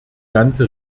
ganze